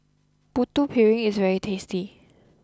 Putu Piring is very tasty